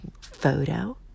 photo